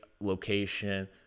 location